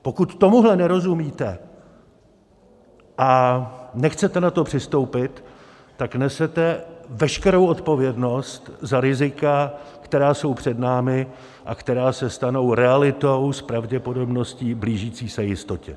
Pokud tomuhle nerozumíte a nechcete na to přistoupit, tak nesete veškerou odpovědnost za rizika, která jsou před námi a která se stanou realitou s pravděpodobností blížící se jistotě.